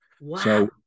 Wow